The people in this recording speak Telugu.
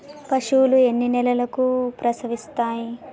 పశువులు ఎన్ని నెలలకు ప్రసవిస్తాయి?